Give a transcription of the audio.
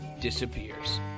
disappears